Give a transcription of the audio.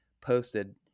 posted